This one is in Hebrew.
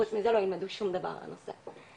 שחוץ מזה לא ילמדו שום דבר על הנושא הזה.